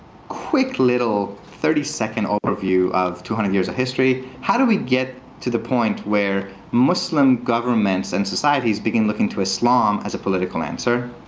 quick, little, thirty second overview of two hundred years of history. how do we get to the point where muslim governments and societies begin looking to islam as a political answer?